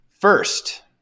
first